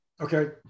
Okay